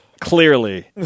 Clearly